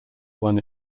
won